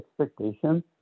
expectations